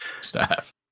staff